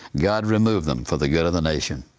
god remove them for the good of the nation.